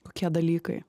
kokie dalykai